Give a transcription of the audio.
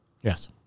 Yes